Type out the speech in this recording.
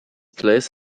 place